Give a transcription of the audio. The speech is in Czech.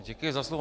Děkuji za slovo.